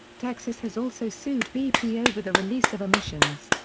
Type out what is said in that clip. texas has also sued bp over the release of emissions.